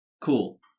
Cool